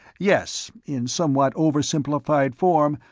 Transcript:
yes. in somewhat oversimplified form,